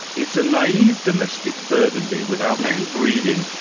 it's a naive domestic burgundy without any breeding,